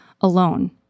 alone